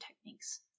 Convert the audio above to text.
techniques